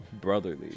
brotherly